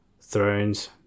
thrones